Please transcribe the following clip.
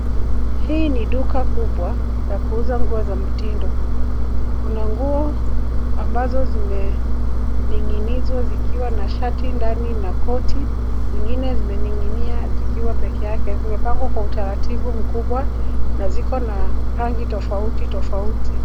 Hii ni duka kubwa, la kuuza nguo za mitindo. Kuna nguo ambazo zimening'inizwa zikiwa na shati ndani na koti, zingine zimening'inia zikiwa peke yake. Zimepangwa kwa utaratibu mkubwa na ziko na rangi tofauti tofauti.